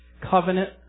Covenant